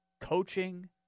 coaching